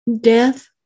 Death